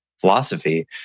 philosophy